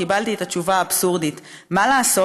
קיבלתי את התשובה האבסורדית: מה לעשות?